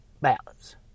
ballots